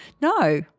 no